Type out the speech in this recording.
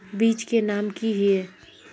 बीज के नाम की हिये?